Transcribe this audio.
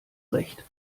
recht